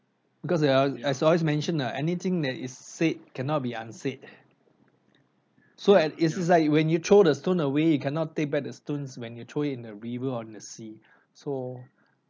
because as I as I always mention ah anything that is said cannot be unsaid so eh it is like when you throw the stone away you cannot take back the stones when you throw it in the river or in the sea so